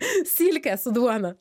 silke su duona